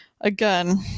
Again